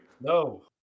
No